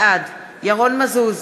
בעד ירון מזוז,